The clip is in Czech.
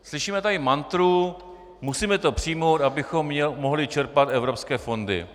Slyšíme tady mantru musíme to přijmout, abychom mohli čerpat evropské fondy.